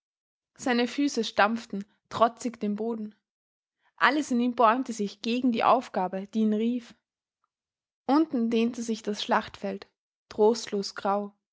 seine füße stampften trotzig den boden alles in ihm bäumte sich gegen die aufgabe die ihn rief unten dehnte sich das schlachtfeld trostlos grau